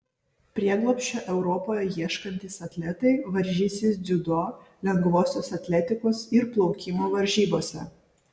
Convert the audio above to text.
prieglobsčio europoje ieškantys atletai varžysis dziudo lengvosios atletikos ir plaukimo varžybose